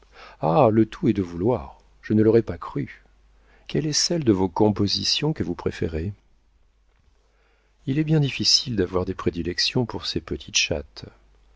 ah le tout est de vouloir je ne l'aurais pas cru quelle est celle de vos compositions que vous préférez il est bien difficile d'avoir des prédilections pour ces petites chattes